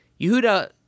Yehuda